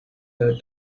her